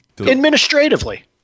Administratively